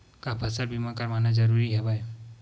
का फसल बीमा करवाना ज़रूरी हवय?